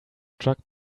struck